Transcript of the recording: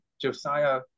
Josiah